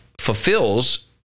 fulfills